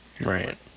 Right